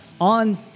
On